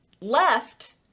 left